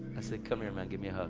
i said, come here man, give me a hug.